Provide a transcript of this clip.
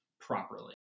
properly